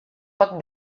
pot